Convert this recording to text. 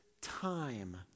time